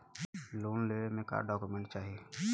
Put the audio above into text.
Loan लेवे मे का डॉक्यूमेंट चाही?